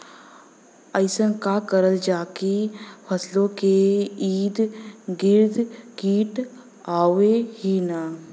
अइसन का करल जाकि फसलों के ईद गिर्द कीट आएं ही न?